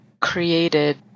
created